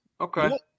okay